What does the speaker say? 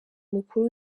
mukuru